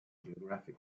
geographic